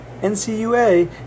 NCUA